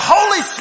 Holy